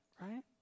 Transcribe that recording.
right